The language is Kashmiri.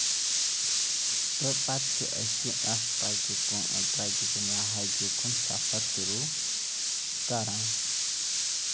تہٕ پَتہٕ چھِ أسۍ اَتھ ٹریٚکہِ کُن ٹریٚکہِ کُن یا ہایکہِ کُن سَفر شُروغ کران